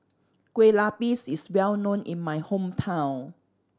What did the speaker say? Kueh Lupis is well known in my hometown